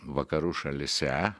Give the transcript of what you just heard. vakarų šalyse